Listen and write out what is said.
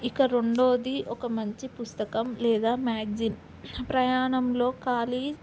ఇక రెండోది ఒక మంచి పుస్తకం లేదా మ్యాగ్జిన్ ప్రయాణంలో ఖాళీ